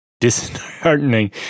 disheartening